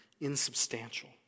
insubstantial